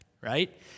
right